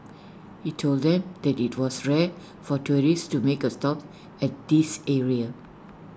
he told them that IT was rare for tourists to make A stop at this area